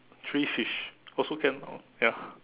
three fish also can oh ya